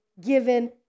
given